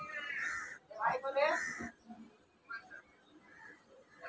राजस्थान में सिंचाई की कौनसी प्रक्रिया सर्वाधिक प्रभावी है?